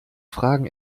fragen